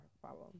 problem